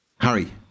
Harry